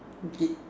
you did